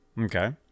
Okay